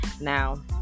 Now